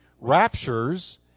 raptures